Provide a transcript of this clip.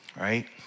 right